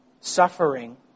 suffering